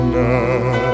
now